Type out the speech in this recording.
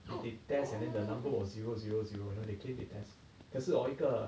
they they test and then the number was zero zero zero you know they claim test 可是 hor 一个